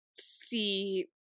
see